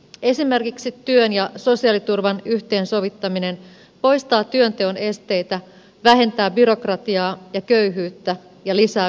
esimerkiksi työn ja sosiaaliturvan yhteensovittaminen poistaa työnteon esteitä vähentää byrokratiaa ja köyhyyttä ja lisää verotuloja